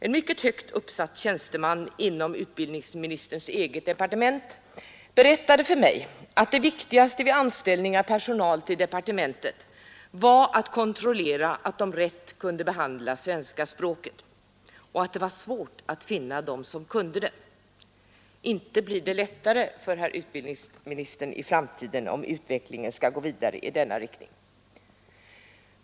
En mycket högt uppsatt tjänsteman inom utbildningsministerns eget departement berättade för mig att det viktigaste vid anställning av personal till departementet var att kontrollera att de rätt kunde behandla det svenska språket — och att det var svårt att finna dem som kunde det. Inte blir det lättare för herr utbildningsministern i framtiden om utvecklingen skall gå vidare i denna riktning.